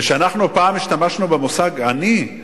כשאנחנו פעם השתמשנו במושג עני,